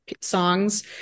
songs